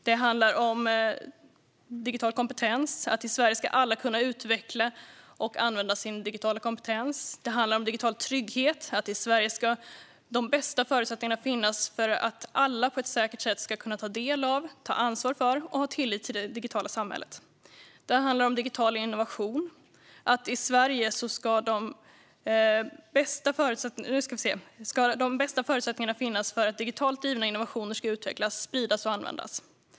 Det handlar om digital kompetens. I Sverige ska alla kunna utveckla och använda sin digitala kompetens. Det handlar om digital trygghet. I Sverige ska de bästa förutsättningarna finnas för att alla på ett säkert sätt ska kunna ta del av, ta ansvar för och ha tillit till det digitala samhället. Det handlar om digital innovation. I Sverige ska de bästa förutsättningarna finnas för att digitalt drivna innovationer ska utvecklas, spridas och användas.